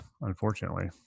unfortunately